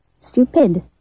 stupid